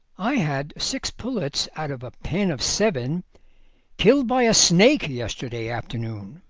i had six pullets out of a pen of seven killed by a snake yesterday afternoon,